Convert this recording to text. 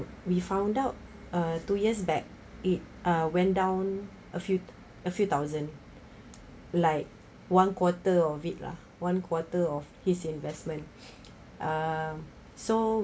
we found out uh two years back it uh went down a few a few thousand like one quarter of it lah one quarter of his investment um so